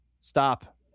stop